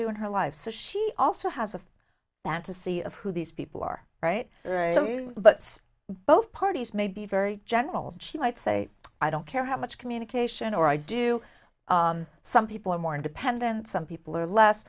do in her life so she also has a fantasy of who these people are right but both parties may be very general she might say i don't care how much communication or i do some people are more independent some people are less